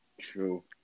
True